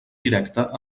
directa